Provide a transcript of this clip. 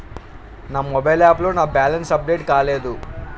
నా mobile app లో నా బ్యాలెన్స్ అప్డేట్ కాలేదు